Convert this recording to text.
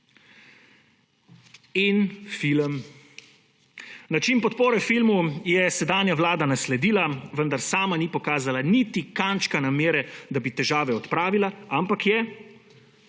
In film. Način podpore filmu je sedanja vlada nasledila, vendar sama ni pokazala niti kančka namere, da bi težave odpravila, ampak je,